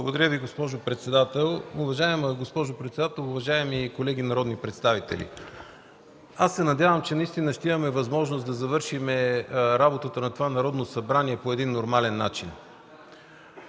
Благодаря Ви. Уважаема госпожо председател, уважаеми колеги народни представители! Аз се надявам, че наистина ще имаме възможност да завършим работата на това Народно събрание по нормален начин.